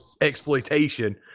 exploitation